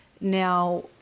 now